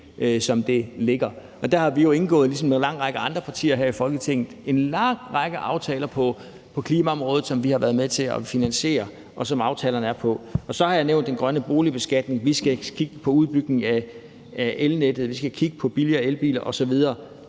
oven på det. Der har vi jo indgået – ligesom en lang række andre partier her i Folketinget – en lang række aftaler på klimaområdet, som vi har været med til at finansiere. Så har jeg nævnt den grønne boligbeskatning. Vi skal kigge på en udbygning af elnettet, og vi skal kigge på billigere elbiler osv.